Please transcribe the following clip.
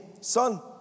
Son